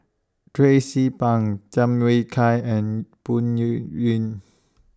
Tracie Pang Tham Yui Kai and Phoon Yew